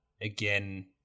again